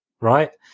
Right